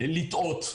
לטעות.